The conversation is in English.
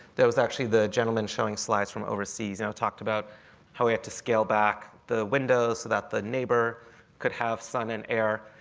there was actually the gentlemen showing slides from overseas and talked about how we had to scale back the windows so that the neighbor could have sun and air.